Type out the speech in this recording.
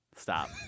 stop